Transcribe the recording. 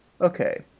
Okay